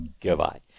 Goodbye